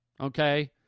okay